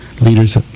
leaders